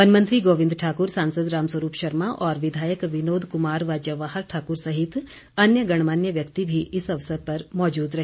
one मंत्री गोविंद ठाकुर सांसद रामस्वरूप शर्मा और विधायक विनोद कुमार व जवाहर ठाकुर सहित अन्य गणमान्य व्यक्ति भी इस अवसर पर मौजूद रहे